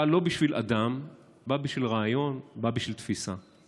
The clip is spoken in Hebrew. בא לא בשביל אדם, בא בשביל רעיון, בא בשביל תפיסה.